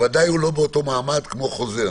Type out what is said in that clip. ודאי הוא לא במעמד כמו חוזר.